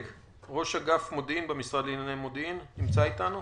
ראש אגף מודיעין במשרד לענייני מודיעין, בבקשה,